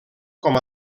com